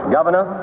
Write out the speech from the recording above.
Governor